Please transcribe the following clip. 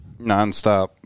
nonstop